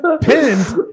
pinned